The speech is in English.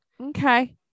okay